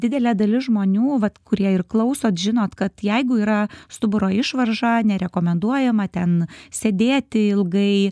didelė dalis žmonių vat kurie ir klauso žinot kad jeigu yra stuburo išvarža nerekomenduojama ten sėdėti ilgai